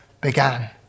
began